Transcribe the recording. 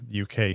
UK